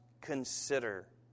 consider